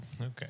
Okay